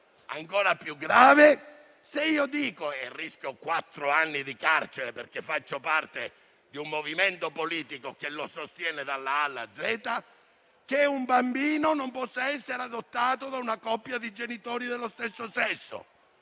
Ancora più grave è poi se dico - e rischio quattro anni di carcere, perché faccio parte di un movimento politico che lo sostiene dalla A alla Z - che un bambino non può essere adottato da una coppia di genitori dello stesso sesso.